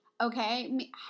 Okay